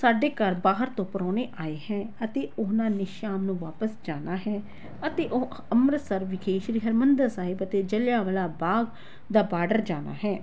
ਸਾਡੇ ਘਰ ਬਾਹਰ ਤੋਂ ਪਰਾਉਣੇ ਆਏ ਹੈ ਅਤੇ ਉਹਨਾਂ ਨੇ ਸ਼ਾਮ ਨੂੰ ਵਾਪਸ ਜਾਣਾ ਹੈ ਅਤੇ ਉਹ ਅੰਮ੍ਰਿਤਸਰ ਵਿਖੇ ਸ਼੍ਰੀ ਹਰਿਮੰਦਰ ਸਾਹਿਬ ਅਤੇ ਜਲ੍ਹਿਆਂਵਾਲਾ ਬਾਗ ਜਾਂ ਬਾਰਡਰ ਜਾਣਾ ਹੈ